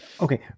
Okay